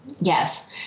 Yes